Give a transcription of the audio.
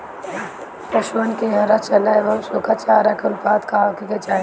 पशुअन के हरा चरा एंव सुखा चारा के अनुपात का होखे के चाही?